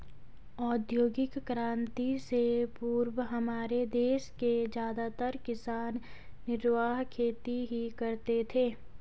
औद्योगिक क्रांति से पूर्व हमारे देश के ज्यादातर किसान निर्वाह खेती ही करते थे